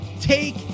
take